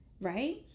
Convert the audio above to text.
right